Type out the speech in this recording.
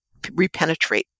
repenetrate